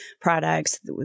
products